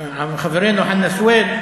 חברנו חנא סוייד,